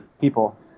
people